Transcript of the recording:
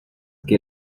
que